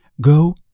Go